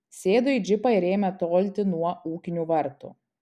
sėdo į džipą ir ėmė tolti nuo ūkinių vartų